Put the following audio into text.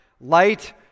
Light